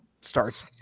starts